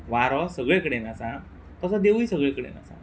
वारो सगळे कडेन आसा तसो देवूय सगळे कडेन आसा